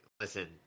Listen